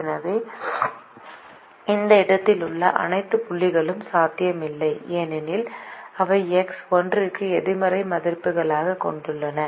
எனவே இந்த இடத்திலுள்ள அனைத்து புள்ளிகளும் சாத்தியமில்லை ஏனெனில் அவை எக்ஸ் 1 க்கு எதிர்மறை மதிப்புகளைக் கொண்டுள்ளன